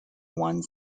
one